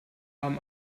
haben